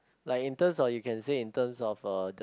like in terms of you can say in terms of uh the